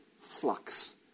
flux